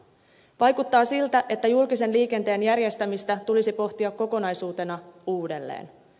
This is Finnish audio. vaikuttaa siltä että julkisen liikenteen järjestämistä tulisi pohtia kokonaisuutena uudelleen